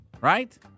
right